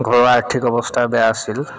ঘৰুৱা আৰ্থিক অৱস্থা বেয়া আছিল